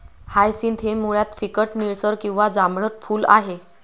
hyacinth हे मुळात फिकट निळसर किंवा जांभळट फूल आहे